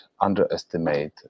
underestimate